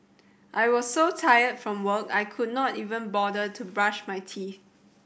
I was so tired from work I could not even bother to brush my teeth